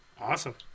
awesome